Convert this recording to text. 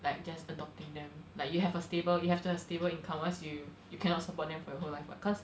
like just adopting them like you have a stable you have to have stable income or else you you cannot support them for your whole life [what] cause